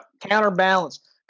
counterbalance